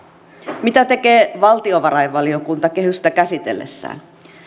mitä tekee valtiovarainvaliokunta kehystä käsitellessään